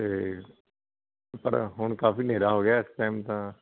ਅਤੇ ਪਰ ਹੁਣ ਕਾਫੀ ਹਨੇਰਾ ਹੋ ਗਿਆ ਇਸ ਟਾਈਮ ਤਾਂ